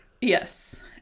Yes